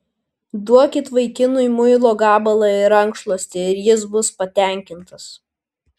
duokit vaikinui muilo gabalą ir rankšluostį ir jis bus patenkintas